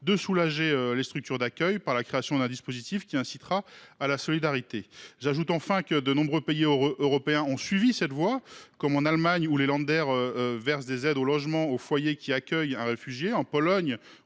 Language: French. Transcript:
de soulager les structures d’accueil par la création d’un dispositif incitant à la solidarité. J’ajoute que de nombreux pays européens ont suivi cette voie : en Allemagne, les versent des aides au logement aux foyers qui accueillent un réfugié ; en Pologne,